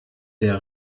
der